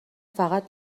فقط